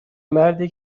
مردی